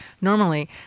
normally